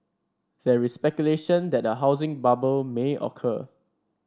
there is speculation that a housing bubble may occur